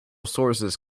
sources